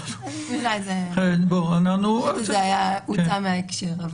אולי זה הוצא מההקשר.